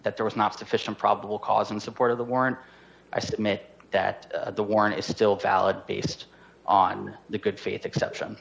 that there was not sufficient probable cause in support of the warrant i submit that the warrant is still valid based on the good faith exception